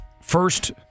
first